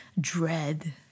dread